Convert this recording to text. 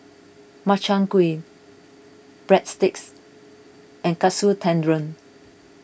Makchang Gui Breadsticks and Katsu Tendon